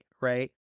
right